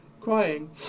crying